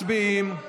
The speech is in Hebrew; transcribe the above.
מצביעים.